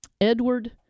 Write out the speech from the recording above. Edward